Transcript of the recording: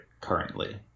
currently